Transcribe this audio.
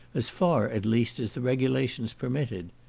as far, at least, as the regulations permitted.